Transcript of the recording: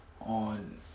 on